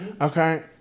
Okay